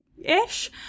ish